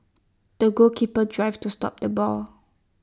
the goalkeeper drive to stop the ball